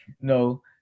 No